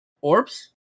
orbs